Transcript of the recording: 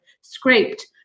scraped